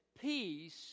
peace